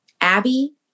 Abby